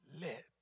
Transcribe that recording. Let